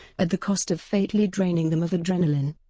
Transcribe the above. at the cost of fatally draining them of adrenaline.